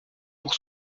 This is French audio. pour